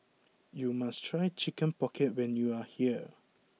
you must try Chicken Pocket when you are here